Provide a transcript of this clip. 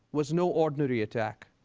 was no ordinary attack.